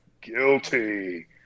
guilty